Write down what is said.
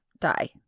die